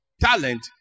talent